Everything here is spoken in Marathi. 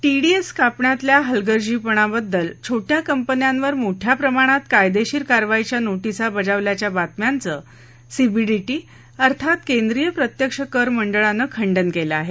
टीडीएस कापण्यातल्या हलगर्जीपणाबद्दल छोटया कंपन्यांवर मोठया प्रमाणात कायदेशीर कारवाईच्या नोटीसा बजावल्याच्या बातम्यांचं सीबीडीटी अर्थात केंद्रीय प्रत्यक्ष कर मंडळानं खंडन केलं आहे